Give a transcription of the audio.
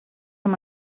amb